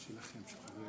תודה.